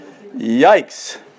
yikes